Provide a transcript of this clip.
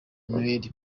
neil